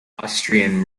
austrian